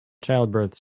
childbirths